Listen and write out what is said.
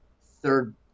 third